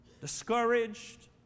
discouraged